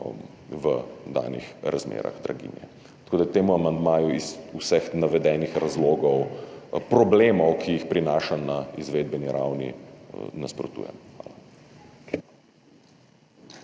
v danih razmerah draginje. Tako da temu amandmaju iz vseh navedenih razlogov, problemov, ki jih prinaša na izvedbeni ravni, nasprotujem. Hvala.